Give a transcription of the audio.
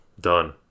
done